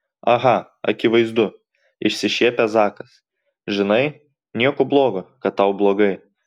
aha akivaizdu išsišiepia zakas žinai nieko blogo kad tau blogai